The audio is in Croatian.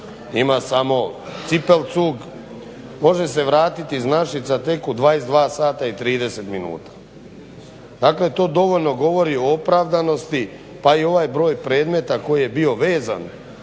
ima samo cipelcug, može se vratiti iz Našica tek u 22,30 sati. Dakle, to dovoljno govori o opravdanosti pa i ovaj broj predmeta koji je bio vezan